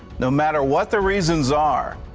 no matter what the reasons are,